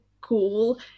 cool